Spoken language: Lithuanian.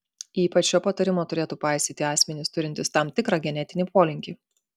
ypač šio patarimo turėtų paisyti asmenys turintys tam tikrą genetinį polinkį